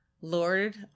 Lord